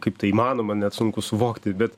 kaip tai įmanoma net sunku suvokti bet